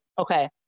Okay